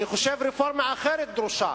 אני חושב שרפורמה אחרת דרושה,